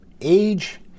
age